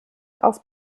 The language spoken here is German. auf